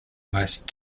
most